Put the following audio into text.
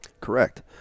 Correct